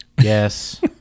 Yes